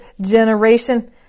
generation